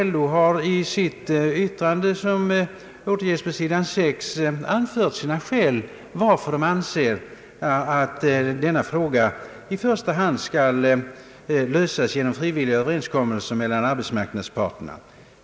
LO har i sitt yttrande, som återges på s. 6 i utlåtandet, anfört skälen till att man anser att denna fråga i första hand skall lösas genom frivilliga överenskommelser mellan arbetsmarknadsparterna.